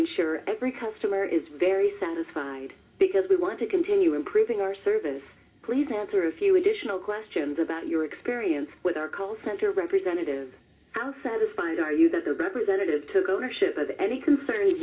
ensure every customer is very satisfied because we want to continue improving our service please answer a few additional questions about your experience with our call center representative how satisfied are you that their representatives took ownership of any concerns